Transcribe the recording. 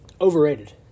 Overrated